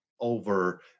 over